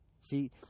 See